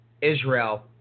Israel